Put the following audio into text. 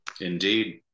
indeed